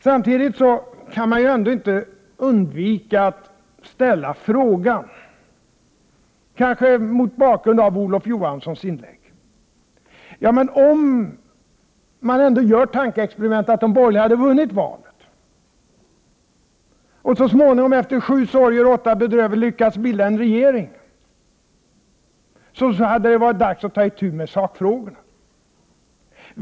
Samtidigt kan jag ändå inte underlåta att ställa några frågor, särskilt mot bakgrund av Olof Johanssons inlägg. Låt oss göra tankeexperimentet att de borgerliga hade vunnit valet och så småningom efter sju sorger och åtta bedrövelser lyckats bilda en regering. Då hade det varit dags att ta itu med sakfrågorna.